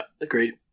agreed